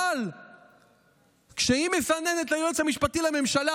אבל כשהיא מסננת ליועץ המשפטי לממשלה,